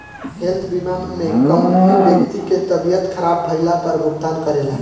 health बीमा में company व्यक्ति के तबियत ख़राब भईला पर भुगतान करेला